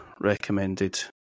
recommended